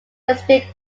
extinct